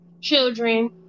children